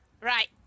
Right